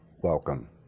welcome